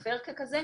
וייספר ככזה.